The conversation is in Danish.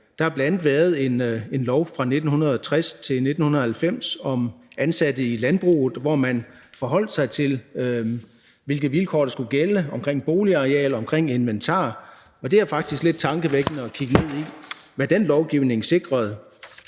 Der har bl.a. været en lov fra 1960 til 1990 om ansatte i landbruget, hvor man forholdt sig til, hvilke vilkår der skulle gælde omkring boligareal og omkring inventar. Og det er faktisk lidt tankevækkende at kigge ind i, hvad den lovgivning sikrede.